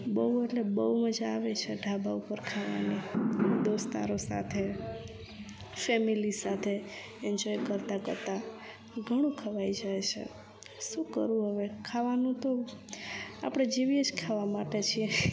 બહુ એટલે બહુ મજા આવે છે ઢાબા પર ખાવાની દોસ્તારો સાથે ફેમિલી સાથે એન્જોય કરતા કરતા ઘણું ખવાઈ જાય છે શું કરું હવે ખાવાનું તો આપણે જીવીએ જ ખાવા માટે છીએ